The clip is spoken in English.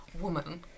woman